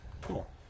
Cool